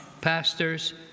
pastors